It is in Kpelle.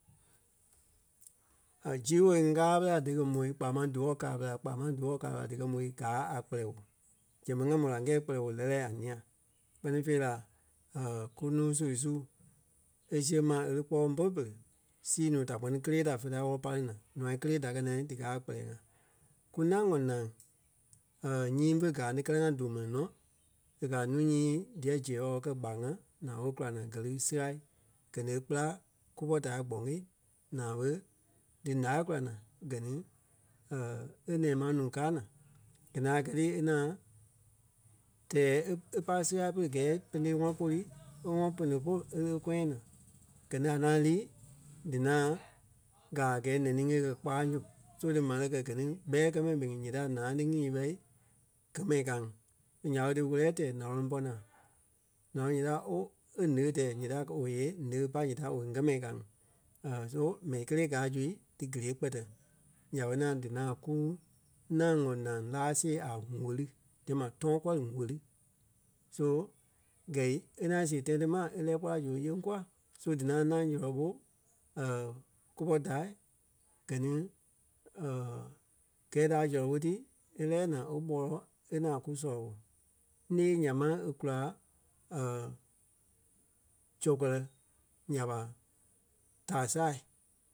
A gii woo ŋí ŋgaa ɓelai dí ki môi kpaa máŋ díwɔ kaa ɓelai kpaa máŋ díwɔ kaa ɓelai díkɛ môi gáa a kpɛlɛɛ woo. Zɛŋ ɓé ŋa mó la ŋ́gɛɛ kpɛlɛɛ woo lɛ́lɛɛ a ńîa kpɛ́ni fêi la kúnuu su sui e siɣe máŋ e lí kpɔ́ bôlu pere sii núu da kpɛni kélee da fé da pai wɔ́lɔ pai ní naa. Ǹûai kelee da kɛ́ naa díkaa a kpɛlɛɛ ŋai. Kúnâŋ wɔ nâŋ nyii fé gáa ni kɛlɛ ŋa duŋ mɛni nɔ e kɛ̀ a núu nyii díyɛ gí zéɛɛ ɓe wɔlɔ kɛ́ gbarnga naa ɓé e kula naa gɛ́ lí siɣai. Gɛ ni e kpêra kúpɔ taai Gbɔgee naa ɓe dí ǹaai kula gɛ ni e nɛ̃ɛ ma núu kaa naa e ŋaŋ kɛ́ ti e ŋaŋ tɛɛ e- e- pai siɣai pere gɛɛ pene ŋɔnɔ polu e ŋɔnɔ pene polu e lí e kɔyaŋ naa. Gɛ ni a ŋaŋ lii dí ŋaŋ gàa a gɛɛ nɛni ŋí e kɛ̀ kpaaŋ su. So dí m̀are kɛ gɛ ni kpɛɛ kɛ́ mɛni ɓé ŋí yɛ dia ǹâloŋ ti nyîi ɓɛi gɛ́ mɛni káa ŋí. Nya ɓé dí worɛ̂ɛ tɛɛ naloŋ pɔ́ naa. ǹâloŋ ǹyɛɛ dia ooo e ńeɣe tɛɛ ǹyɛɛ dia owei eee néɣe e pai ǹyɛɛ dia owei ŋgɛ mɛni ka ŋí. so mɛni kélee gaa zui dí gélee kpɛtɛ. Nya ɓe ŋaŋ dí ŋaŋ kuu ńâŋ wɔ nâŋ láa see a ŋ̀óli diyɛ mai, Torkɔ́li ŋ̀óli. So gɛi, e ŋaŋ siɣe tãi ti ma e lɛ́ɛ kpɔ́ la zu e yeŋ kûa so dí ŋaŋ ńâŋ sɔlɔ ɓo Cooper-Ta gɛ ni gɛɛ da zɔlɔ ɓo ti e lɛ́ɛ naa o ɓɔ́lɔ e ŋaŋ ku sɔlɔ ɓɔ. ńee nyaa máŋ e kula Zɔ-kɔlɛ nya ɓa taa saa